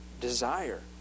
desire